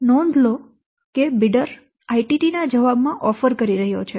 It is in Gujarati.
તેથી નોંધ લો કે બિડર ITT ના જવાબમાં ઓફર કરી રહ્યો છે